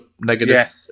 negative